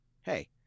hey